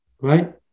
right